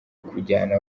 kujyana